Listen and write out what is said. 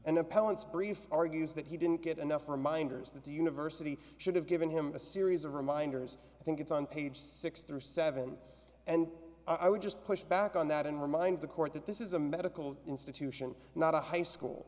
appellant's brief argues that he didn't get enough reminders that the university should have given him a series of reminders i think it's on page six through seven and i would just push back on that and remind the court that this is a medical institution not a high school